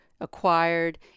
acquired